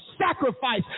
sacrifice